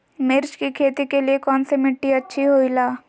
मिर्च की खेती के लिए कौन सी मिट्टी अच्छी होईला?